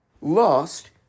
lost